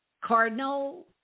Cardinal